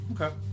Okay